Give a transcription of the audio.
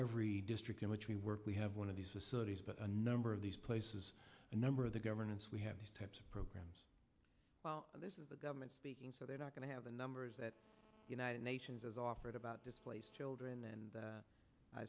every district in which we work we have one of these facilities but a number of these places a number of the governments we have these types of programs and this is the government speaking so they're not going to have the numbers that united nations has offered about displaced children and